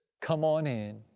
come on in.